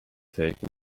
taken